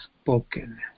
spoken